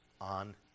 on